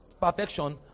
Perfection